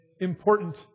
important